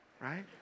right